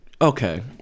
okay